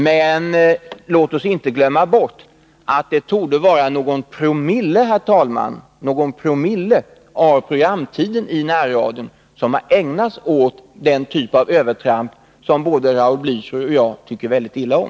Men låt oss inte glömma bort, herr talman, att det torde vara någon promille av programtiden i närradion som har ägnats åt den typ av övertramp som både Raul Blächer och jag tycker väldigt illa om.